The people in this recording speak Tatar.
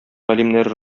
галимнәре